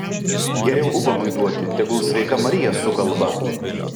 geriau ubagui duoti tegul sveika marija sukalba